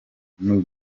muri